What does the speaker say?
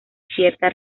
cierta